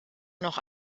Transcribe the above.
noch